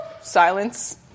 Silence